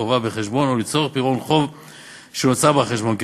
חובה בחשבון או לצורך פירעון חוב שנוצר בחשבון.